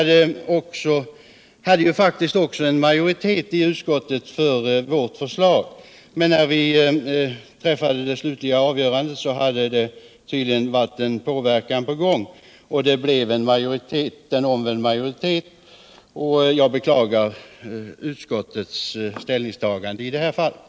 Det fanns faktiskt också en majoritet i utskottet för vårt förslag, men när vi träffade det slutliga avgörandet hade man tydligen varit utsatt för påverkan, och det blev en omvänd majoritet. Jag beklagar utskottsmajoritetens ställningstagande i det fallet.